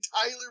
Tyler